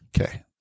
Okay